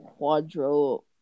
Quadro